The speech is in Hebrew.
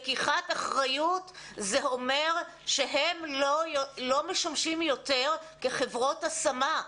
לקיחת אחריות זה אומר שהם לא משמשים יותר כחברות השמה.